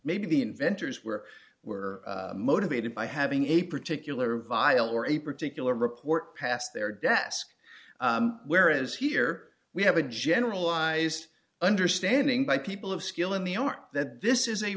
the inventors were were motivated by having a particular vial or a particular report past their desk whereas here we have a generalized understanding by people of skill in the art that this is a